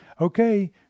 Okay